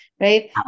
right